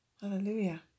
Hallelujah